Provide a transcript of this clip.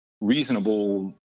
Reasonable